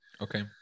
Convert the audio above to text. okay